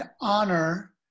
honor